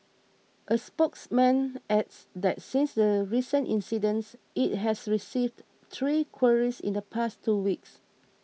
a spokesman adds that since the recent incidents it has received three queries in the past two weeks